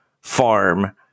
farm